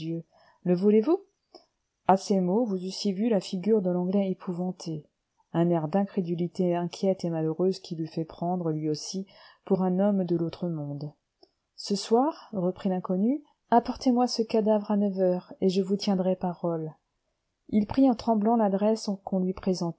le voulez-vous à ces mots vous eussiez vu sur la figure de l'anglais épouvanté un air d'incrédulité inquiète et malheureuse qui l'eût fait prendre lui aussi pour un homme de l'autre monde ce soir reprit l'inconnu apportez-moi ce cadavre à neuf heures et je vous tiendrai parole il prit en tremblant l'adresse qu'on lui présentait